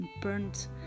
burnt